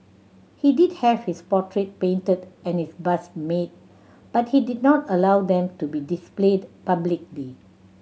he did have his portrait painted and his bust made but he did not allow them to be displayed publicly